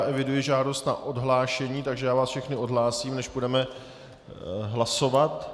Eviduji žádost o odhlášení, takže vás všechny odhlásím, než budeme hlasovat.